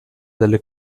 delle